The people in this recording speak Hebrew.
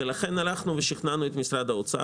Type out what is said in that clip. לכן, שכנענו את משרד האוצר.